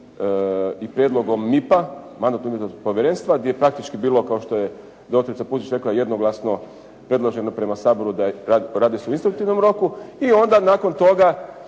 i prijedlogom MIP-a, Mandatno-imunitetnog povjerenstva gdje je praktički bilo, kao što je doktorica Pusić rekla, jednoglasno predloženo prema Saboru da radi se o instruktivnom roku i onda nakon toga